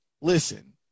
listen